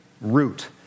root